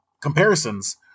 comparisons